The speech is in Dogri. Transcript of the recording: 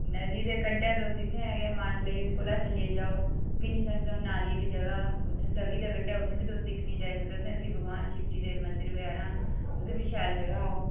नदी दे कंढै तुस इत्थै मानतलाई कोला थल्लै जाओ बिनी संगम नांऽ दी इक्क जगह उत्थै तवी दे कंढै उत्थै बी तुस दिक्खने गी जाई सकदे उत्थै बी भगवान शिवजी दे मंदर बगैरा हैन उत्थै बी शैल जगह आओ